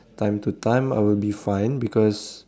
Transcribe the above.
time to time I will be fine because